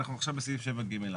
אנחנו עכשיו בסעיף 7 (ג')